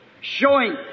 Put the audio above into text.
showing